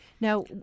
Now